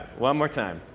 one more time.